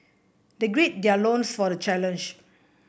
they gird their loins for the challenge